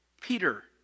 Peter